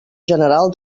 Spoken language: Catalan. general